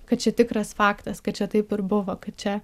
kad čia tikras faktas kad čia taip ir buvo kad čia